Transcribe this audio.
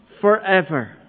forever